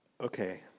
Okay